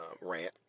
rant